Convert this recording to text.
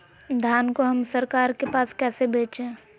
धान को हम सरकार के पास कैसे बेंचे?